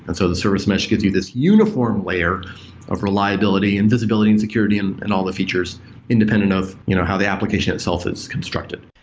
and so the service mesh gives you this uniform layer of reliability and visibility and security and and all the features independent of you know how the application itself is constructed.